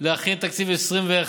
להכין תקציב 2021,